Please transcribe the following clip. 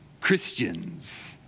Christians